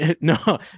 no